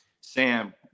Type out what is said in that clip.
Sam